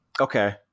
okay